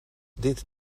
dit